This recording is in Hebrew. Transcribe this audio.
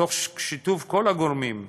תוך שיתוף כל הגורמים,